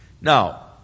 Now